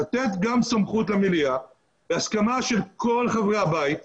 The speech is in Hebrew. לתת גם סמכות למליאה בהסכמה של כל חברי הבית,